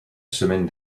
semaine